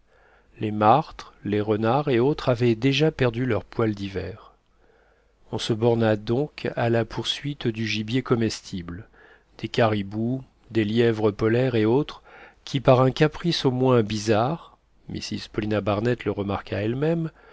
les martres les renards et autres avaient déjà perdu leur poil d'hiver on se borna donc à la poursuite du gibier comestible des caribous des lièvres polaires et autres qui par un caprice au moins bizarre mrs paulina barnett le remarqua elle-même